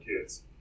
kids